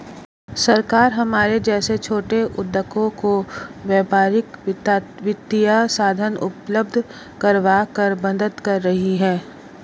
सरकार हमारे जैसे छोटे उद्योगों को व्यापारिक वित्तीय साधन उपल्ब्ध करवाकर मदद कर रही है